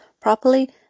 properly